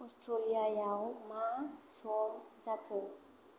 अस्ट्रलियाव मा सम जाखो